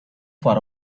for